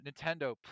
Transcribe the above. Nintendo